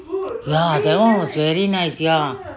ya that [one] was very nice ya